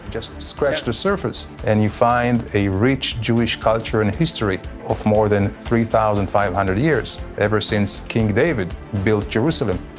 just scratch the surface and you find a rich jewish culture and history of more than three thousand five hundred years, ever since king david built jerusalem.